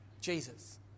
Jesus